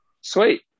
sweet